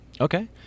Okay